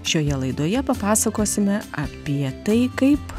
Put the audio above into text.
šioje laidoje papasakosime apie tai kaip